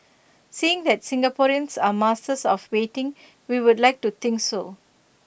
seeing that Singaporeans are masters of waiting we would like to think so